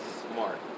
smart